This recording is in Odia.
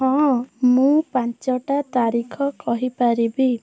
ହଁ ମୁଁ ପାଞ୍ଚଟା ତାରିଖ କହିପାରିବି